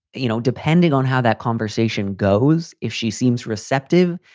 you know, depending on how that conversation goes. if she seems receptive,